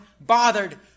bothered